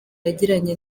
yagiranye